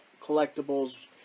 collectibles